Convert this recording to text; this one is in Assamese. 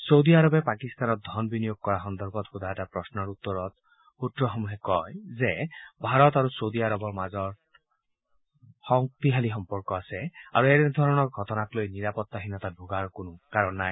চৌদি আৰবে পাকিস্তানত ধন বিনিয়োগ কৰা সন্দৰ্ভত সোধা এটা প্ৰশ্নৰ উত্তৰত সূত্ৰসমূহে কয় যে ভাৰত আৰু চৌদি আৰবৰ মাজত শক্তিশালী সম্পৰ্ক আছে আৰু এনেধৰণৰ ঘটনাক লৈ নিৰাপত্তাহীনতাত ভোগাৰ কোনো কাৰণ নাই